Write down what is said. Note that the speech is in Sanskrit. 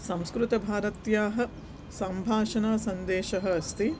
संस्कृतभारत्याः सम्भाषणसन्देशः अस्ति